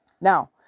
Now